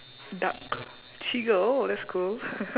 duck cheagle oh that's cool